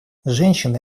женщины